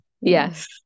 yes